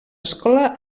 escola